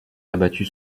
abattus